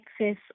access